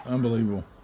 Unbelievable